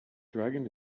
dragon